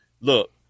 look